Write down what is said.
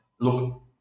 look